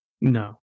no